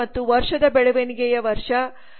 1 ಮತ್ತು ವರ್ಷದ ಬೆಳವಣಿಗೆಯ ವರ್ಷ 8